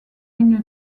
une